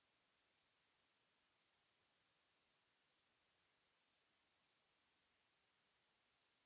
...